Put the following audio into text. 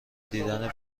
دیدن